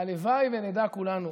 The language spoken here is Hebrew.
והלוואי שנדע כולנו